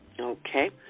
Okay